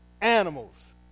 animals